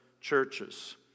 churches